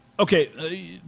Okay